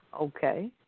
Okay